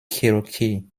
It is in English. cherokee